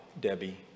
Debbie